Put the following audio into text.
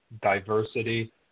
diversity